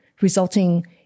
resulting